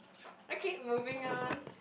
okay moving on